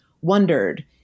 wondered